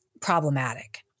problematic